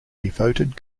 devoted